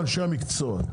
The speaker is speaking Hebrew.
אנשי המקצוע.